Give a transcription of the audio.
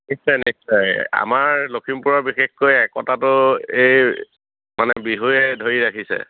নিশ্চয় নিশ্চয় আমাৰ লখিমপুৰৰ বিশেষকৈ একতাটো এই মানে বিহুৱে ধৰি ৰাখিছে